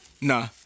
Nah